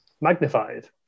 magnified